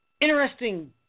Interesting